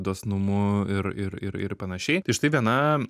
dosnumu ir ir ir ir panašiai tai štai viena